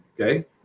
okay